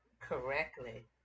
correctly